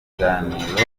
kiganiro